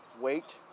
wait